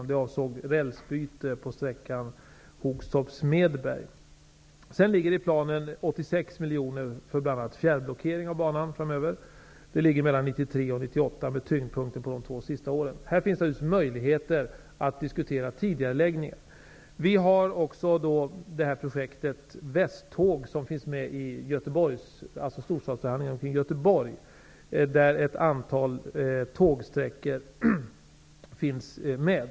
Det här avsåg rälsbyte på sträckan Oxtorp--Smedberg. Vidare finns i planen 86 miljoner för bl.a. en fjärrblockering av banan framöver. Det blir mellan 1993 och 1998, med tyngdpunkten på de två sista åren. Här finns det naturligtvis möjligheter att diskutera tidigareläggningar. Vi har också projektet Västtåg, som finns med i storstadsförhandlingarna om Göteborg, där ett antal tågsträckor finns med.